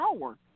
power